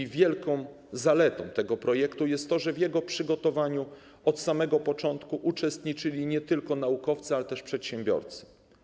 I wielką zaletą tego projektu jest to, że w jego przygotowywaniu od samego początku uczestniczyli nie tylko naukowcy, ale też przedsiębiorcy.